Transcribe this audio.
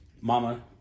Mama